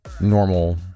normal